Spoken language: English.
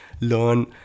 learn